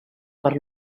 per